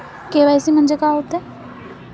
KYC म्हंनजे का होते?